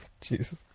Jesus